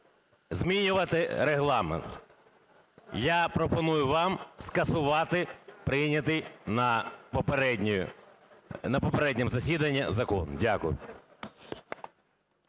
змінювати Регламент. Я пропоную вам скасувати прийнятий на попередньому засіданні закон. Дякую.